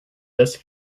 this